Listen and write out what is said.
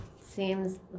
Seems